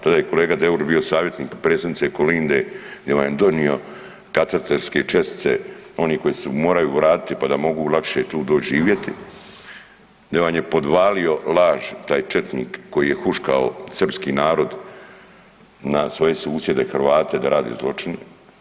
Tada je kolega Deur bio savjetnik predsjednice Kolinde gdje vam je donio katastarske čestice oni koji se moraju vratiti pa da mogu lakše tu doći živjeti, da vam je podvalio laž taj četnik koji je huškao srpski narod na svoje susjede Hrvate da rade zločine.